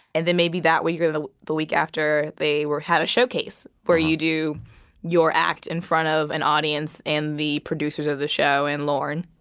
and then maybe that week or the the week after, they had a showcase where you do your act in front of an audience and the producers of the show and lorne.